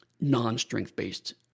non-strength-based